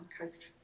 Coast